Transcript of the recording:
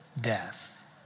death